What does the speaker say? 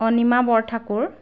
Anima Borthakur